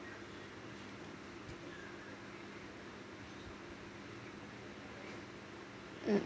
um